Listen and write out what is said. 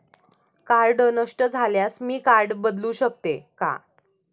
Card नष्ट झाल्यास मी कार्ड बदलू शकते का?